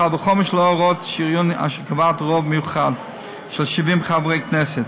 קל וחומר לא הוראת שריון אשר קובעת רוב מיוחד של 70 חברי כנסת.